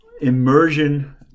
immersion